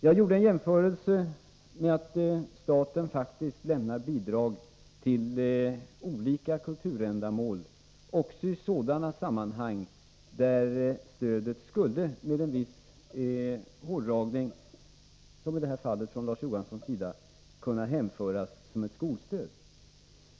Jag gjorde en jämförelse med att staten faktiskt lämnar bidrag till olika kulturändamål också i sådana sammanhang där stödet med viss hårdragning — som i det fall Larz Johansson har angett — skulle kunna hänföras till skolstöd.